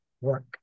work